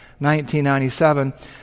1997